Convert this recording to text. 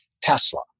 Tesla